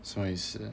什么意思